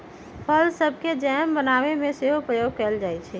फल सभके जैम बनाबे में सेहो प्रयोग कएल जाइ छइ